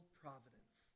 providence